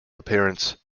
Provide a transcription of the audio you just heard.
appearance